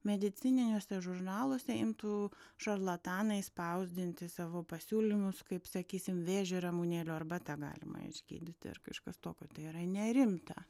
medicininiuose žurnaluose imtų šarlatanai spausdinti savo pasiūlymus kaip sakysim vėžį ramunėlių arbata galima išgydyti ar kažkas tokio tai yra nerimta